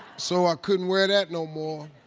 so i couldn't wear that no more.